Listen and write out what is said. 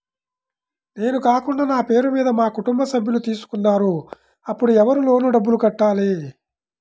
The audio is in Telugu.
నేను కాకుండా నా పేరు మీద మా కుటుంబ సభ్యులు తీసుకున్నారు అప్పుడు ఎవరు లోన్ డబ్బులు కట్టాలి?